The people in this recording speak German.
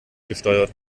gesteuert